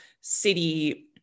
City